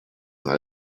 not